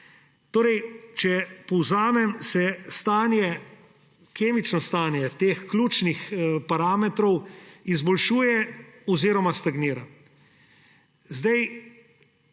trendov. Če povzamem. Kemično stanje teh ključnih parametrov se izboljšuje oziroma stagnira.